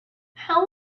how